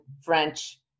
French